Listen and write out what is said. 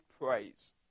praise